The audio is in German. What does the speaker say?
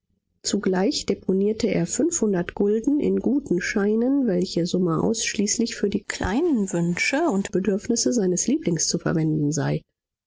zugleich deponierte er fünfhundert gulden in guten scheinen welche summe ausschließlich für die kleinen wünsche und bedürfnisse seines lieblings zu verwenden sei